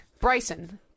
Bryson